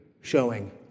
showing